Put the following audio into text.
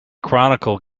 chronicle